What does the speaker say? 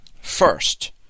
First